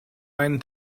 einen